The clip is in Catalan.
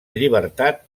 llibertat